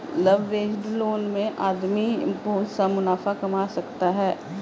leveraged loan में आदमी बहुत सा मुनाफा कमा सकता है